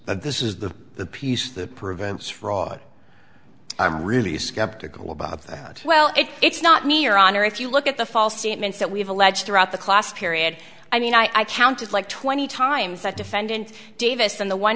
that this is the the piece that prevents fraud i'm really skeptical about that well it's it's not me your honor if you look at the false statements that we've alleged throughout the class period i mean i counted like twenty times that defendant davis on the one